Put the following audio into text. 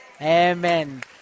Amen